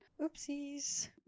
Oopsies